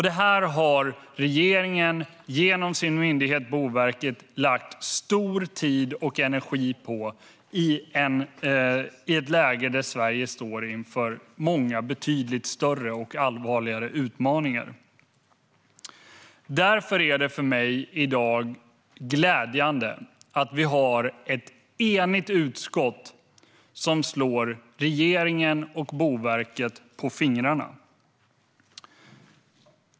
Det här har regeringen genom sin myndighet Boverket lagt mycket tid och energi på, i ett läge då Sverige står inför många betydligt större och allvarligare utmaningar. Därför är det glädjande att ett enigt utskott i dag slår regeringen och Boverket på fingrarna.